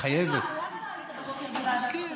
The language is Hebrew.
לא היית בבוקר בוועדת הכספים?